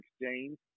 exchange